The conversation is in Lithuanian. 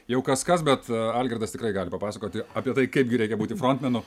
jau kas kas bet algirdas tikrai gali papasakoti apie tai kaipgi reikia būti frontmenu